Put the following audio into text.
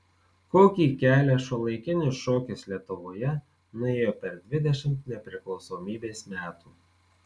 kokį kelią šiuolaikinis šokis lietuvoje nuėjo per dvidešimt nepriklausomybės metų